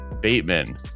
Bateman